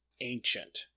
ancient